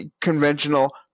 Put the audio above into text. conventional